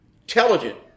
intelligent